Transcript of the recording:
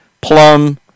plum